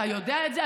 אתה יודע את זה?